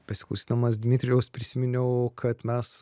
besiklausydamas dmitrijaus prisiminiau kad mes